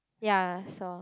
ya I saw